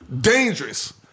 Dangerous